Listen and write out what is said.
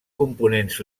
components